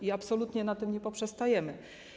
I absolutnie na tym nie poprzestajemy.